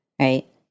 right